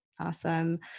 Awesome